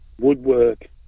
woodwork